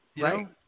Right